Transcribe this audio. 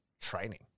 training